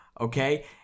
okay